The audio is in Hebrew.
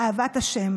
אהבת ה'.